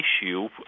issue